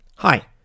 Hi